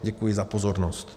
Děkuji za pozornost.